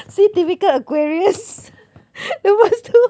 see difficult aquarius lepas tu